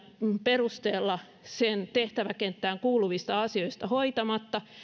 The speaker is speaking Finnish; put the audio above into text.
perusteella sen tehtäväkenttään kuuluvista asioista hoitamatta